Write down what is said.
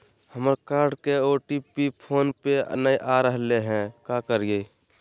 हमर कार्ड के OTP phone पे नई आ रहलई हई, का करयई?